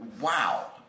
wow